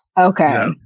Okay